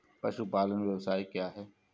पशुपालन व्यवसाय क्या है?